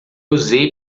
usei